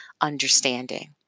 understanding